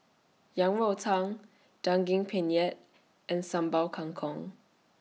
Yang Rou Tang Daging Penyet and Sambal Kangkong